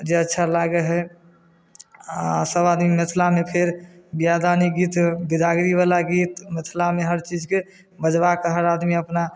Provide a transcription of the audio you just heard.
जे अच्छा लागै है आ सब आदमी मिथलामे फेर विवाह दानी गीत बिदागरी बला गीत मिथलामे हर चीजके बजबा कऽ हर आदमी अपना